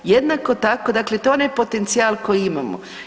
Jednako tako, dakle to je onaj potencijal koji imamo.